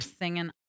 singing